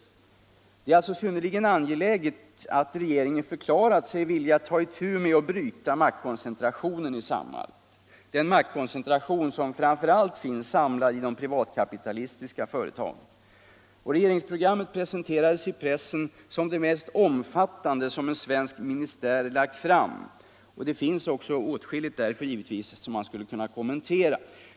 Det är alltså synnerligen angeläget att regeringen förklarat sig vilja ta itu med att bryta maktkoncentrationen i samhället. den maktkoncentration som framför allt finns samlad i de privatkapitalistiska företagen. Regeringsprogrammet presentcerades i pressen som det mest omfattande som en svensk ministär lagt fram. Det finns därför givetvis åtskilligt som man skulle vilja kommentera.